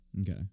Okay